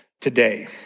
today